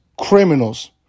criminals